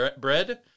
bread